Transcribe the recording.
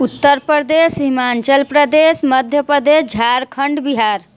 Uttar Pradesh Himachal Pradesh Madhya Pradesh Jharkhand Bihar